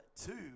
two